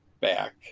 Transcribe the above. back